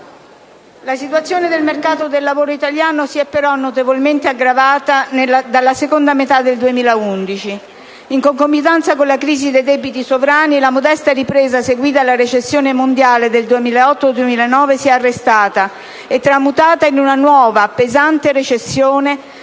La situazione del mercato del lavoro italiano si è però notevolmente aggravata dalla seconda metà del 2011. In concomitanza con la crisi dei debiti sovrani, la modesta ripresa seguita alla recessione mondiale del 2008-2009 si è arrestata e tramutata in una nuova pesante recessione,